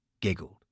giggled